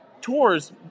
tours